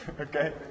Okay